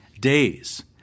days